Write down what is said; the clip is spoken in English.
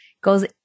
goes